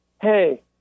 Hey